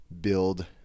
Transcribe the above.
build